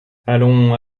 allons